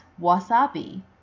wasabi